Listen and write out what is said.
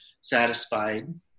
satisfied